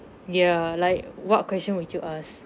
ya like what question would you ask